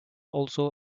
also